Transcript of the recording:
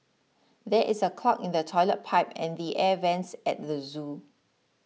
there is a clog in the Toilet Pipe and the Air Vents at the zoo